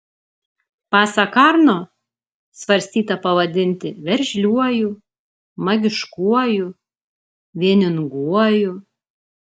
pasak arno svarstyta pavadinti veržliuoju magiškuoju vieninguoju